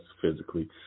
physically